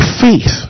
faith